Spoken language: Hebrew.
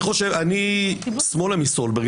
אני שמאלה מסולברג.